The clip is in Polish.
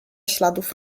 śladów